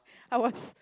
I was